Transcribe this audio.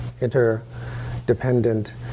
interdependent